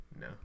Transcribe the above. No